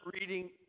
reading